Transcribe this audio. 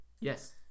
Yes